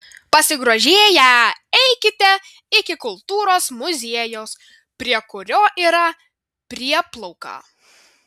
pasigrožėję eikite iki kultūros muziejaus prie kurio yra prieplauka